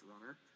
runner